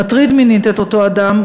מטריד מינית את אותו אדם,